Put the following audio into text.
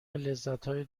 لذتهای